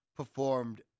performed